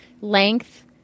length